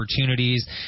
opportunities